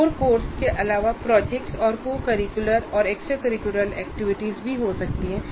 core course के अलावा projects और कुछ को करिकुलर और एक्स्ट्रा करिकुलर एक्टिविटीज भी हो सकती हैं